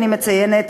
אני מציינת,